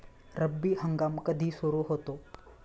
रब्बी हंगाम कधी सुरू होतो?